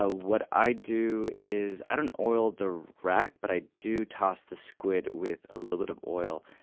ah what i do is, i don't oil the rack, but i do toss the squid with a little bit of oil.